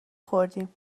خوردیم